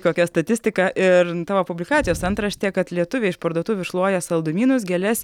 kokia statistika ir tavo publikacijos antraštė kad lietuviai iš parduotuvių šluoja saldumynus gėles